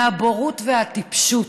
מהבורות והטיפשות,